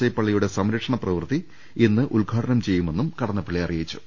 I പള്ളിയുടെ സംരക്ഷണ പ്രവൃത്തി ഇന്ന് ഉദ്ഘാടനം ചെയ്യുമെന്നും കടന്ന പ്പള്ളി അറിയിച്ചു